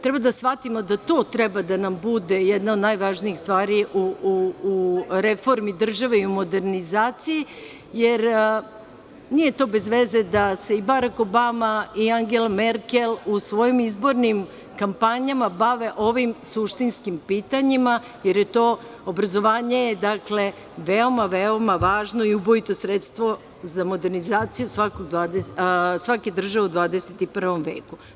Treba da shvatimo da to treba da nam bude jedna od najvažnijih stvari u reformi države i u modernizaciji, jer nije to bez veze da se Barak Obama i Angela Merkel u svojim izbornim kampanjama bave ovim suštinskim pitanjima, jer je obrazovanje veoma važno i ubojito sredstvo za modernizaciju svake države u 21. veku.